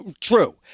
True